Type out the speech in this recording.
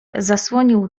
zasłonił